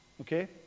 Okay